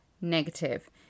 negative